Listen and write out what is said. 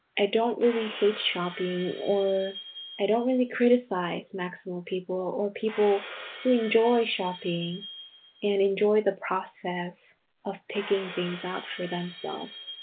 i don't really hate shopping and i don't really criticize maximum people or people who enjoy shopping and enjoy the process of picking things out for themselves.